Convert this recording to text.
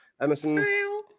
Emerson